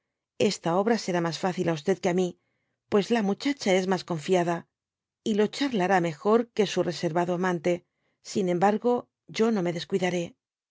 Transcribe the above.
ésta obra será mas fácil á que á mi pues la muchacha es mas confiada y lo charlará mejor que su reservado amante sin embargo yo no me descuidaré